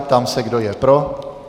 Ptám se, kdo je pro.